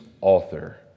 author